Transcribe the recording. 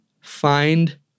find